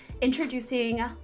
Introducing